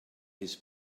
his